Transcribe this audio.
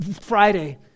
Friday